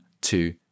two